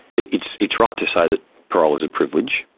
it's it's right to say that parole is a privilege,